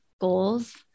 goals